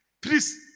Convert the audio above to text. please